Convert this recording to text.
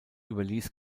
überließ